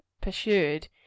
pursued